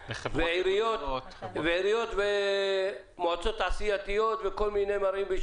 עיריות ומועצות תעשייתיות וכל מיני כאלה יש,